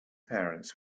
parents